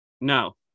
No